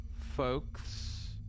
folks